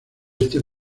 este